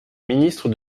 ministre